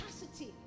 capacity